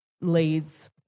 leads